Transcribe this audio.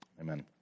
amen